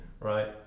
Right